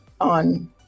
on